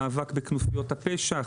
מאבק בכנופיות הפשע,